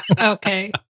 okay